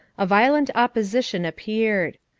a violent opposition appeared.